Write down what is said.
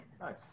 Nice